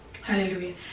Hallelujah